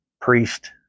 priest